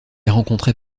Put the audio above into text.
rencontrait